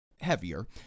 heavier